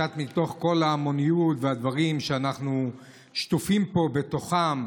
מתוך כל ההמוניות והדברים שאנחנו שטופים פה בתוכם,